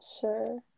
sure